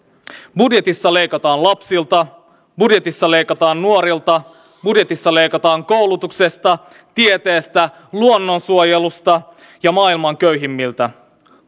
budjetissa leikataan lapsilta budjetissa leikataan nuorilta budjetissa leikataan koulutuksesta tieteestä luonnonsuojelusta ja maailman köyhimmiltä